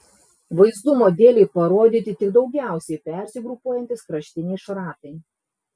vaizdumo dėlei parodyti tik daugiausiai persigrupuojantys kraštiniai šratai